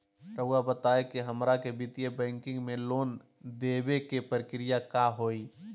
रहुआ बताएं कि हमरा के वित्तीय बैंकिंग में लोन दे बे के प्रक्रिया का होई?